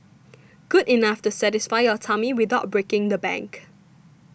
good enough to satisfy your tummy without breaking the bank